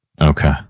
Okay